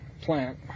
plant